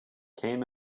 came